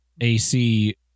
AC